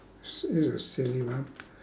s~ is a silly one